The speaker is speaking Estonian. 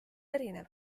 erinev